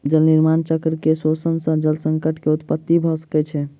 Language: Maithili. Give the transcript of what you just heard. जल निर्माण चक्र के शोषण सॅ जल संकट के उत्पत्ति भ सकै छै